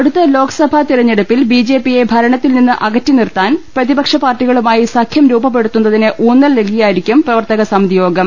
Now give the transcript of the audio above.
അടുത്ത ലോക്സഭാ തെരഞ്ഞെടുപ്പിൽ B J പിയെ ഭരണ ത്തിൽ നിന്ന് അകറ്റിനിർത്താൻ പ്രതിപക്ഷ പാർട്ടികളുമായി സഖ്യം രൂപപ്പെടുത്തുന്നതിന് ഊന്നൽ നല്കിയായിരിക്കും പ്രവർത്തകസ മിതിയോഗം